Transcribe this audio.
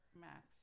Max